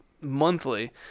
monthly